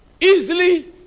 easily